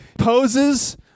poses